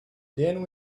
then